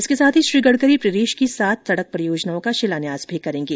इसके साथ ही श्री गडकरी प्रदेश की सात सड़क परियोजनाओं का शिलान्यास भी करेंगे